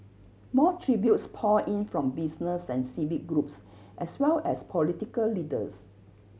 more tributes poured in from business and civic groups as well as political leaders